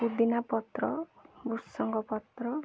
ପୋଦିନା ପତ୍ର ଭୁସଙ୍ଗ ପତ୍ର